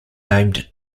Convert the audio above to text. named